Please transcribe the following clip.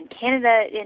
Canada